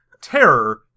Terror